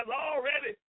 already